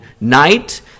night